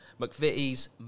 McVitie's